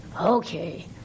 okay